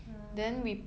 mm